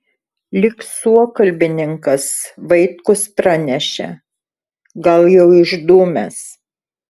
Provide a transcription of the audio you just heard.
lyg suokalbininkas vaitkus pranešė gal jau išdūmęs